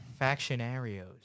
Factionarios